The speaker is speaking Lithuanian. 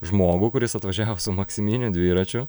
žmogų kuris atvažiavo su maksiminiu dviračiu